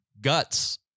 guts